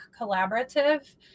collaborative